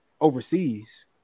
overseas